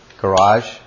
garage